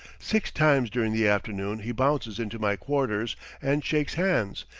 six times during the afternoon he bounces into my quarters and shakes hands,